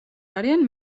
არიან